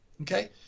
Okay